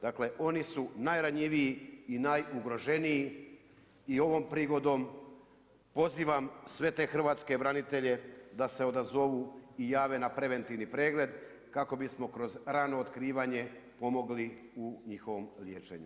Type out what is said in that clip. Dakle, oni su najranjiviji i najugroženiji i ovom prigodom pozivam sve te hrvatske branitelje da se odazovu i jave na preventivni pregled, kako bismo kroz rano otkrivanje pomogli u njihovom liječenju.